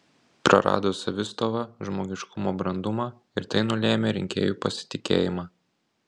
prarado savistovą žmogiškumo brandumą ir tai nulėmė rinkėjų pasitikėjimą